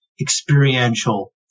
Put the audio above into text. experiential